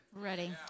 Ready